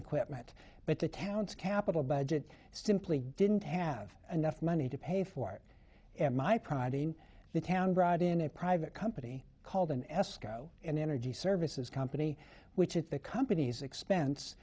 equipment but the town's capital budget simply didn't have enough money to pay for it and my pride in the town brought in a private company called an escrow an energy services company which at the company's expense